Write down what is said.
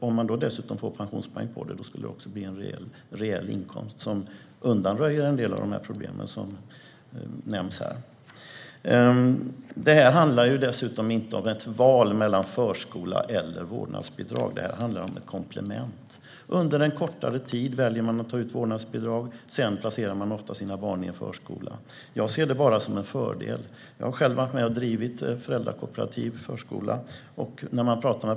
Om man dessutom får pensionspoäng på det skulle det bli en reell inkomst som skulle undanröja en del av problemen som nämns här. Det här handlar dessutom inte om ett val mellan förskola eller vårdnadsbidrag utan om ett komplement. Under en kortare tid väljer man att ta ut vårdnadsbidrag. Sedan placerar man ofta sina barn i en förskola. Jag ser det bara som en fördel. Jag har själv varit med och drivit föräldrakooperativ förskola.